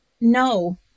no